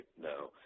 No